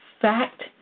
fact